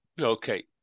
okay